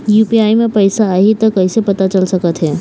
UPI म पैसा आही त कइसे पता चल सकत हे?